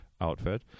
outfit